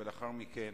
ולאחר מכן